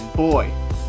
Boy